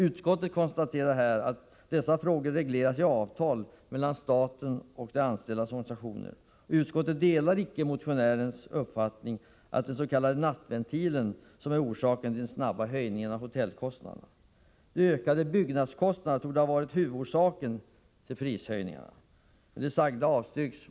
Utskottet konstaterar att dessa frågor regleras i avtal mellan staten och de anställdas organisationer. Utskottet delar icke motionärens uppfattning, att det är den s.k. nattventilen som är orsaken till den snabba ökningen av hotellkostnaderna. De ökade byggkostnaderna torde ha varit huvudorsaken till prishöjningarna.